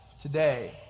today